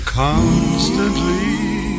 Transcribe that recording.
constantly